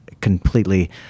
completely